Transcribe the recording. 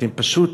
אתם פשוט,